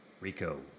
Rico